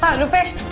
rupesh,